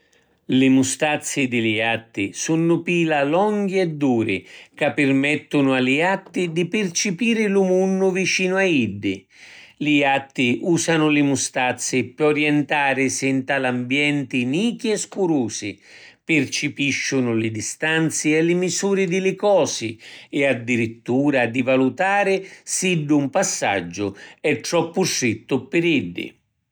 Li mustazzi di li jatti sunnu pila longhi e duri ca pirmettunu a li jatti di pircipiri lu munnu vicinu a iddi. Li jatti usanu li mustazzi pi orientarisi nta l’ambienti nichi e scurusi, pircipisciunu li distanzi e li misuri di li cosi, e addirittura di valutari siddu ‘n passaggiu è troppu strittu pi iddi.